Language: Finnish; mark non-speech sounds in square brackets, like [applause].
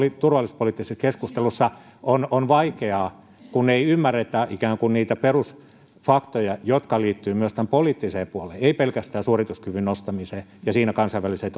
turvallisuuspoliittisessa keskustelussa on on vaikeaa kun ei ymmärretä ikään kuin niitä perusfaktoja jotka liittyvät myös tähän poliittiseen puoleen ei pelkästään suorituskyvyn nostamiseen ja siinä kansainväliseen [unintelligible]